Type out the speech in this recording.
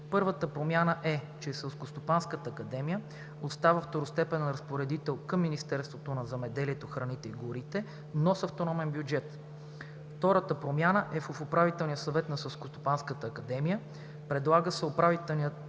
Първата промяна е, че ССА остава второстепенен разпоредител към Министерството на земеделието, храните и горите, но с автономен бюджет. Втората промяна е в Управителния съвет на Селскостопанска академия – предлага се Управителният